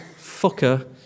fucker